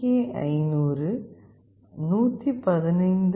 கே500 115